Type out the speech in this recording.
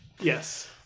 Yes